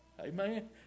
Amen